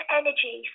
energy